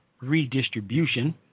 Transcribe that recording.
redistribution